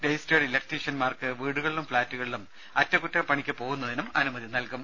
registered ഇലക്ട്രീഷ്യന്മാർക്ക് വീടുകളിലും ഫ്ളാറ്റുകളിലും അറ്റകുറ്റപ്പണിക്ക് പോകുന്നതിന് അനുമതി നൽകും